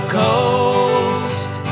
coast